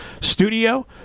Studio